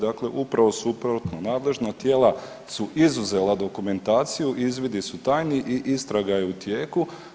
Dakle, upravo suprotno nadležna tijela su izuzela dokumentaciju, izvidi su tajni i istraga je u tijeku.